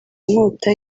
inkota